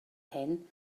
hyn